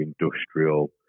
industrial